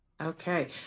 Okay